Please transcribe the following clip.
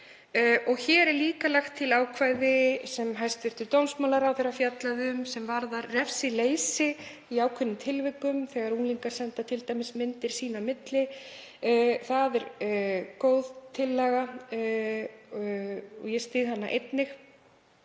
Hér er líka lagt til ákvæði sem hæstv. dómsmálaráðherra fjallaði um sem varðar refsileysi í ákveðnum tilvikum þegar unglingar senda t.d. myndir sín á milli. Það er góð tillaga. Ég styð hana einnig.